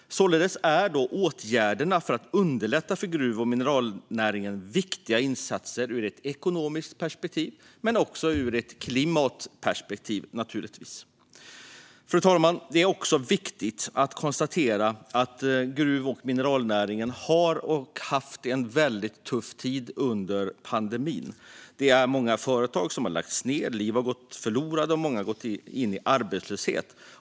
Således är åtgärderna för att underlätta för gruv och mineralnäringen viktiga insatser ur ett ekonomiskt perspektiv men också ur ett klimatperspektiv, naturligtvis. Fru talman! Det är också viktigt att konstatera att gruv och mineralnäringen har, och har haft, en väldigt tuff tid under pandemin. Det är många företag som har lagts ned. Liv har gått förlorade. Många har gått in i arbetslöshet.